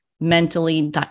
mentally